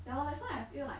ya lor that's why I feel like